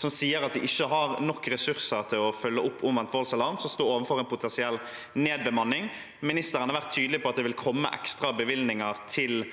De sier at de ikke har nok ressurser til å følge opp omvendt voldsalarm, og at de står overfor en potensiell nedbemanning. Ministeren har vært tydelig på at det vil komme ekstrabevilgninger til